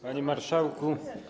Panie Marszałku!